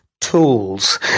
tools